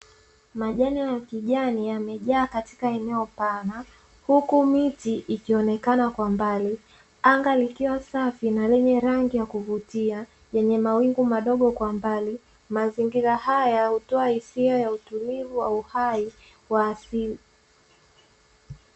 Majani ya kijani yamejaa katika eneo pana, huku miti ikionekana kwa mbali. Anga likiwa safi na lenye rangi ya kuvutia lenye mawingu madogo kwa mbali. Mazingira haya hutoa hisia ya utulivu wa uhai wa asili.